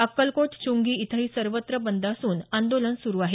अक्कलकोट चुंगी इथंही सर्वत्र बंद असून आंदोलन सुरु आहे